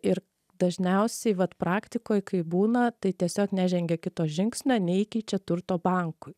ir dažniausiai vat praktikoj kaip būna tai tiesiog nežengia kito žingsnio neįkeičia turto bankui